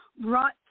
brought